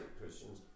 Christians